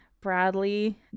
bradley